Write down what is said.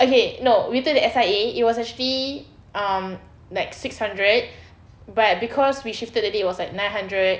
okay no we took the S_I_A it was actually um like six hundred but cause we shifted the day it was nine hundred